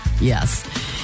yes